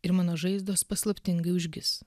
ir mano žaizdos paslaptingai užgis